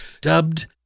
dubbed